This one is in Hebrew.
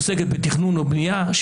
היא עוסקת בתכנון ובנייה,